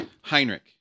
Heinrich